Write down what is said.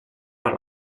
per